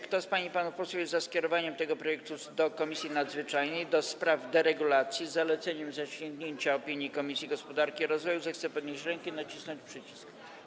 Kto z pań i panów posłów jest za skierowaniem tego projektu ustawy do Komisji Nadzwyczajnej do spraw deregulacji, z zaleceniem zasięgnięcia opinii Komisji Gospodarki i Rozwoju, zechce podnieść rękę i nacisnąć przycisk.